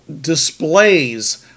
displays